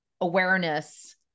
awareness